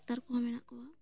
doctor ᱠᱚᱦᱚᱸ ᱢᱮᱱᱟᱜ ᱠᱚᱣᱟ